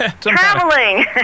Traveling